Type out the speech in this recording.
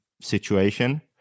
situation